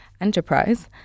enterprise